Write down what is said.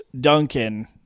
Duncan